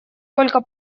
только